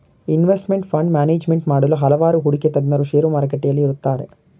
investment fund management ಮಾಡಲು ಹಲವಾರು ಹೂಡಿಕೆ ತಜ್ಞರು ಶೇರು ಮಾರುಕಟ್ಟೆಯಲ್ಲಿ ಇರುತ್ತಾರೆ